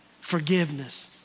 forgiveness